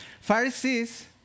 Pharisees